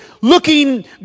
looking